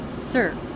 sir